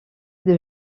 des